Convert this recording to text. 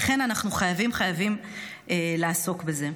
לכן אנחנו חייבים לעסוק בזה.